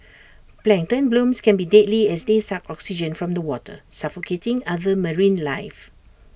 plankton blooms can be deadly as they suck oxygen from the water suffocating other marine life